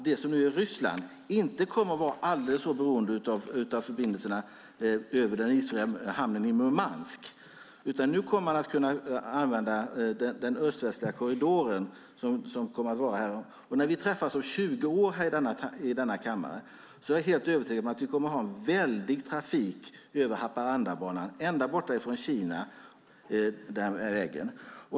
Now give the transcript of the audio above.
Det som nu är Ryssland kommer inte att vara alldeles så beroende av förbindelserna över den isfria hamnen i Murmansk, utan man kommer att kunna använda den öst-västliga korridoren. När vi träffas om 20 år här i denna kammare är jag helt övertygad om att vi kommer att ha en väldig trafik över Haparandabanan, ända bortifrån Kina.